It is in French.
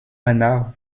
anna